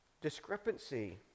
discrepancy